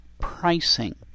pricing